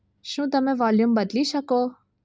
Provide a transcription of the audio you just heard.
શું તમે વોલ્યુમ બદલી શકો